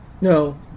No